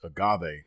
agave